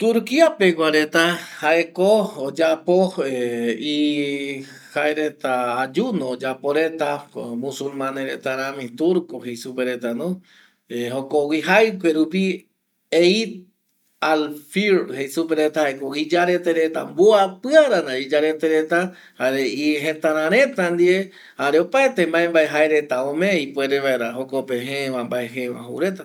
Turkia pegua reta jaeko oyapo reta ayuno musulmanes reta rami jei supe reta rami va no, jokgüi jaikue rupi eith alfir jei supereta va jokgüi iyarete reta mbuapi ara iyarete reta jare y jetara reta ndie jare opaete vae vae jaereta ome ipuere vaera jokpe vae je va joureta